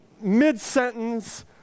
mid-sentence